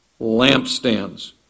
Lampstands